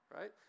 Right